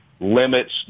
limits